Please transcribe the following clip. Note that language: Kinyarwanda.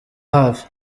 hafi